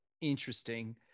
Interesting